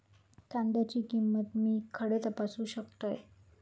कांद्याची किंमत मी खडे तपासू शकतय?